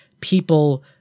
people